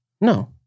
no